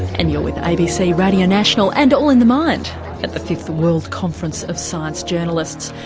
and you're with abc radio national and all in the mind at the fifth world conference of science journalists,